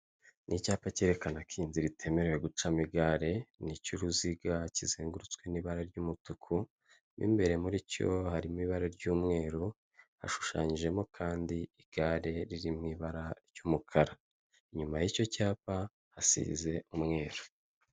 Ni icyapa cyerekana ko iyi inzira itemerewe gucamo igare, ni icy'uruziga kizengurutswe n'ibara ry'umutuku, mo imbere muri cyo harimo ibara ry'umweru hashushanyijemo kandi igare riri mu ibara ry'umukara. inyuma y'icyo cyapa hasize umweru.